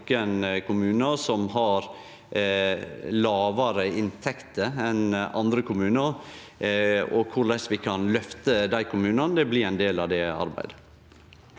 nokre kommunar som har lågare inntekter enn andre kommunar. Korleis vi kan løfte dei kommunane, blir ein del av det arbeidet.